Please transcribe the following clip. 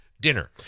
dinner